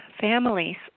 families